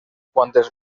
quantes